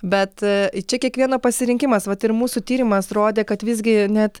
bet čia kiekvieno pasirinkimas vat ir mūsų tyrimas rodė kad visgi net